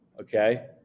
Okay